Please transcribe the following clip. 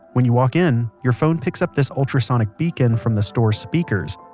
when you walk in, your phone picks up this ultrasonic beacon from the store speakers,